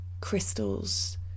crystals